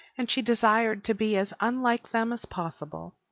and she desired to be as unlike them as possible.